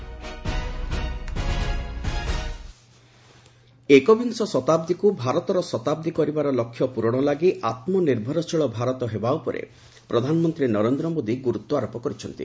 PM address ଏକବିଂଶ ଶତାବ୍ଦୀକୁ ଭାରତର ଶତାବ୍ଦୀ କରିବାର ଲକ୍ଷ୍ୟ ପ୍ରରଣ ଲାଗି ଆତ୍ମ ନିର୍ଭରଶୀଳ ଭାରତ ହେବା ଉପରେ ପ୍ରଧାନମନ୍ତ୍ରୀ ନରେନ୍ଦ୍ର ମୋଦୀ ଗୁରୁତ୍ୱାରୋପ କରିଛନ୍ତି